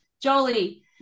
Jolie